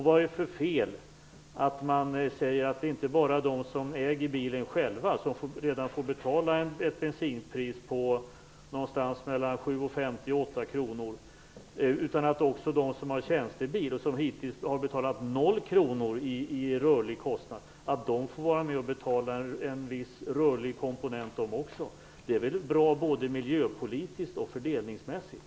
Vad är det för fel med att man säger att det inte bara är de som äger bilen själva, som redan får betala ett bensinpris på någonstans mellan 7:50 och 8 kr, utan också de som har tjänstebil, och som hittills har betalat noll kronor i rörlig kostnad, som får vara med och betala en viss rörlig komponent. Det är väl bra både miljöpolitiskt och fördelningsmässigt.